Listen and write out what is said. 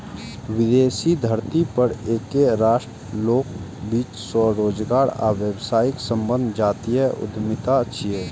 विदेशी धरती पर एके राष्ट्रक लोकक बीच स्वरोजगार आ व्यावसायिक संबंध जातीय उद्यमिता छियै